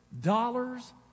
dollars